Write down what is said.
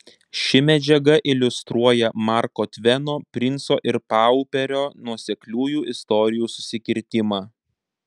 ši medžiaga iliustruoja marko tveno princo ir pauperio nuosekliųjų istorijų susikirtimą